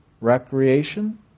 recreation